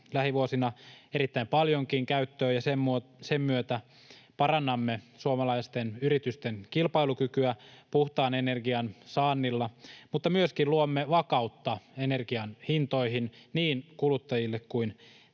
lähivuosina erittäin paljonkin käyttöön ja sen myötä parannamme suomalaisten yritysten kilpailukykyä puhtaan energian saannilla, mutta myöskin luomme vakautta energian hintoihin niin kuluttajille kuin